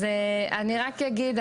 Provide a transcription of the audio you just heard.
אז אני רק אגיד,